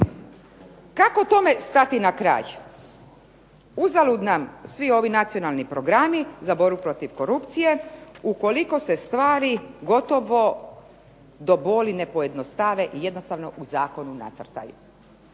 Kako tome stati na kraj? Uzalud nam svi ovi nacionalni programi za borbu protiv korupcije ukoliko se stvari gotovo do boli ne pojednostave i jednostavno u zakonu nacrtaju.